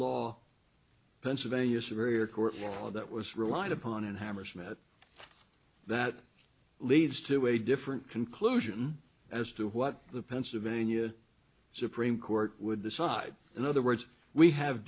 law pennsylvania superior court for all that was relied upon in hammersmith that leads to a different conclusion as to what the pennsylvania supreme court would decide in other words we have